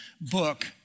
book